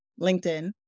LinkedIn